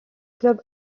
club